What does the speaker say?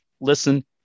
listen